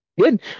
Good